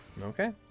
Okay